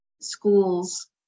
schools